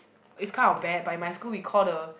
is kind of bad but in my school we call the